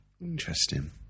Interesting